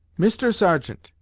mister sergeant,